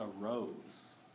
arose